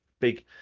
big